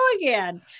again